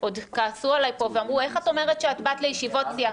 עוד כעסו עליי פה ואמרו: איך את אומרת שבאת לישיבות סיעה?